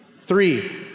Three